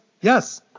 yes